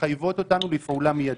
מחייבות אותנו לפעולה מיידית.